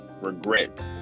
regret